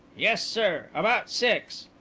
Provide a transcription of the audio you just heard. yes, sir. about six.